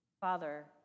Father